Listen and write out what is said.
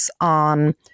on